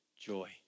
joy